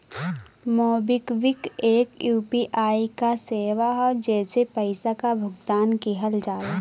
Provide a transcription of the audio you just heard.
MobiKwik एक UPI क सेवा हौ जेसे पइसा क भुगतान किहल जाला